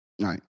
Right